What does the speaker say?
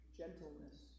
gentleness